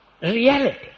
reality